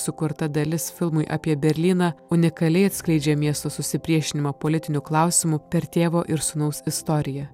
sukurta dalis filmui apie berlyną unikaliai atskleidžia miesto susipriešinimą politiniu klausimu per tėvo ir sūnaus istoriją